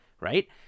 Right